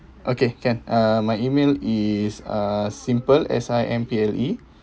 okay can uh my email is uh simple S I M P L E